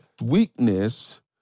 weakness